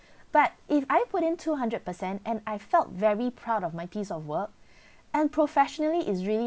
but if I put in two hundred percent and I felt very proud of my piece of work and professionally it's really